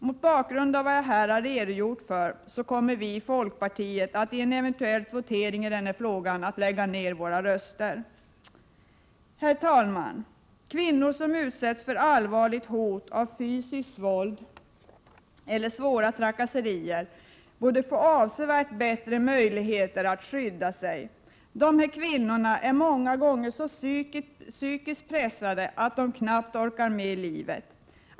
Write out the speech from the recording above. Mot bakgrund av vad jag här har redogjort för kommer vi i folkpartiet att i en eventuell votering i denna fråga lägga ned våra röster. Herr talman! Kvinnor som utsätts för allvarligt hot genom fysiskt våld eller svåra trakasserier borde få avsevärt bättre möjligheter att skydda sig. De här kvinnorna är många gånger så psykiskt pressade att de knappt orkar med livet.